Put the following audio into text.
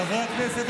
חברי הכנסת,